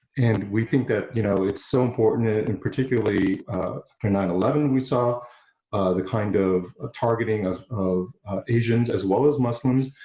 and we think that you know it's so important it and particularly for nine eleven we saw the kind of ah targeting of of asians, as well as muslims,